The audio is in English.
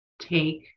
take